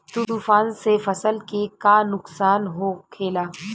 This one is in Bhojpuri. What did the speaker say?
तूफान से फसल के का नुकसान हो खेला?